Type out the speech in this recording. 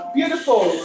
Beautiful